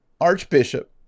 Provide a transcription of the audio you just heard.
archbishop